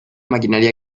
maquinaria